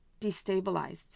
destabilized